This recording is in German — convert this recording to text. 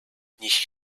nicht